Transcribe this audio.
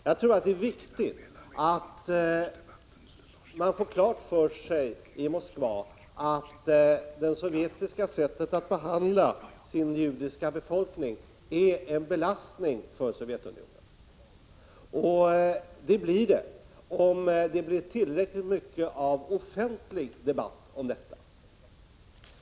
Det är nämligen viktigt att man får klart för sig i Moskva att det sovjetiska sättet att behandla landets judiska befolkning är en belastning för Sovjetunionen. Det blir en belastning, om det blir tillräckligt mycket av offentlig debatt om detta.